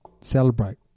celebrate